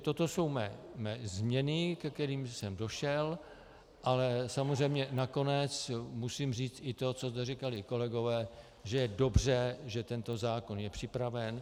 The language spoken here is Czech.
Toto jsou mé změny, ke kterým jsem došel, ale samozřejmě nakonec musím říct i to, co zde říkali kolegové, že je dobře, že tento zákon je připraven.